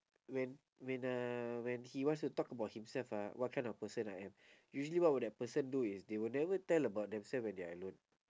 when when uh when he wants to talk about himself ah what kind of person I am usually what would that person do is they will never tell about themselves when they're alone